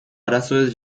arazoez